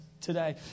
today